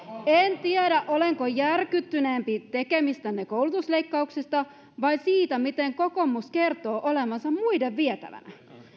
en tiedä olenko järkyttyneempi tekemistänne koulutusleikkauksista vai siitä miten kokoomus kertoo olevansa muiden vietävänä